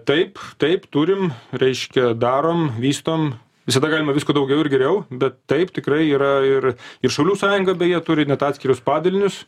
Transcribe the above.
taip taip turim reiškia darom vystom visada galima visko daugiau ir geriau bet taip tikrai yra ir ir šaulių sąjunga beje turi net atskirus padalinius